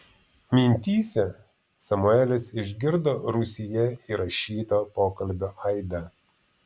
mintyse samuelis išgirdo rūsyje įrašyto pokalbio aidą